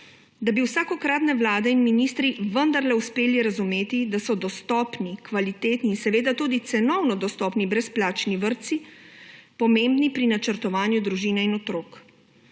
da bi vsakokratna vlada in ministri vendarle uspeli razumeti, da so dostopni, kvalitetni in seveda tudi cenovno dostopni brezplačni vrtci pomembni pri načrtovanju družine in otrok.